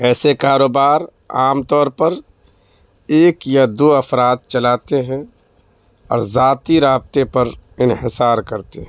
ایسے کاروبار عام طور پر ایک یا دو افراد چلاتے ہیں اور ذاتی رابطے پر انحصار کرتے ہیں